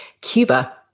Cuba